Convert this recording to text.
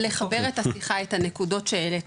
אז אני רוצה לרגע לחבר את הנקודות שהעלית,